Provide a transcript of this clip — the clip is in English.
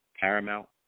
Paramount